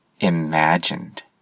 IMAGINED